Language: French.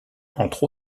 entre